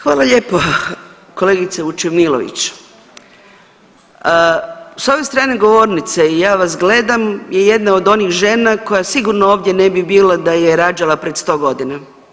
Hvala lijepo kolegice Vučemilović, s ove strane govornice i ja vas gledam je jedna od onih žena koja sigurno ovdje ne bila da je rađala prije 100 godina.